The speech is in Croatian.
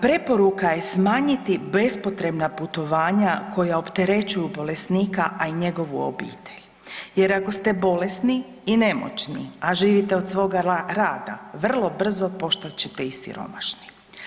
Preporuka je smanjiti bespotrebna putovanja koja opterećuju bolesnika, a i njegovu obitelj jer ako ste bolesni i nemoćni, a živite od svoga rada vrlo brzo postat ćete i siromašni.